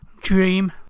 Dream